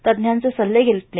तज्ज्ञांचे सल्ले घेले